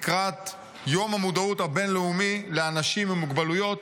לקראת יום המודעות הבין-לאומי לאנשים עם מוגבלויות,